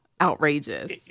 outrageous